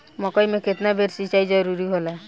मकई मे केतना बेर सीचाई जरूरी होला?